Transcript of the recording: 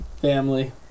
Family